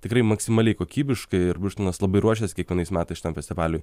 tikrai maksimaliai kokybiškai ir birštonas labai ruošias kiekvienais metais šitam festivaliui